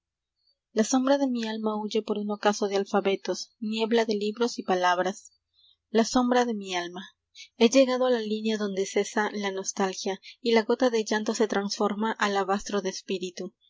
sombra de mi alma l huye por un ocaso de alfabetos niebla de libros y palabras la sombra de mi alma he llegado a la línea donde cesa la nostalgia y la gota de llanto se transforma alabastro de espíritu